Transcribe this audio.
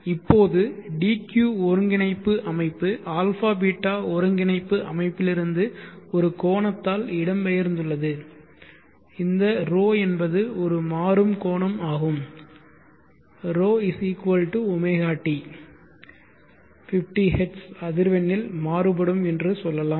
இப்போது dq ஒருங்கிணைப்பு அமைப்பு α ß ஒருங்கிணைப்பு அமைப்பிலிருந்து ஒரு கோணத்தால் இடம்பெயர்ந்துள்ளது இந்த ρ என்பது ஒரு மாறும் கோணம் ஆகும் ρ ωt 50 Hz அதிர்வெண்ணில் மாறுபடும் என்று சொல்லலாம்